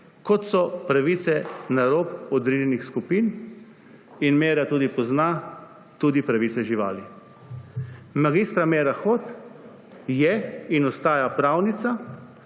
kot so pravice na rob odrinjenih skupin. In Meira pozna tudi pravice živali. Mag. Meira Hot je in ostaja pravnica,